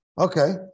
okay